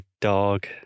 dog